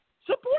support